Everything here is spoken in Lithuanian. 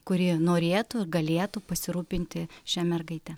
kuri norėtų ir galėtų pasirūpinti šia mergaite